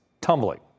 tumbling